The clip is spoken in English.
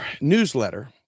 Newsletter